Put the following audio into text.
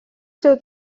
seu